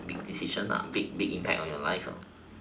big decision lah big impact on your life lah